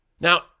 Now